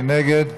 מי נגד?